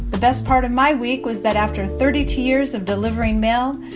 the best part of my week was that after thirty two years of delivering mail,